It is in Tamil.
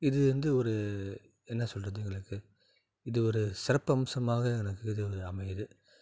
இது வந்து ஒரு என்ன சொல்லுறது எங்களுக்கு இது ஒரு சிறப்பம்சமாக எனக்கு இது அமையுது